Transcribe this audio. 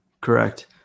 Correct